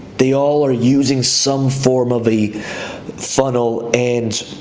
they all are using some form of a funnel and